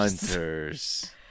hunters